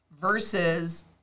versus